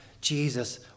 jesus